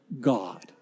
God